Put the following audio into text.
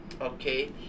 Okay